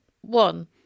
one